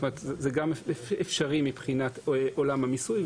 זה גם אפשרי מבחינת עולם המיסוי,